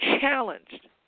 challenged